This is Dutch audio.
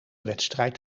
wedstrijd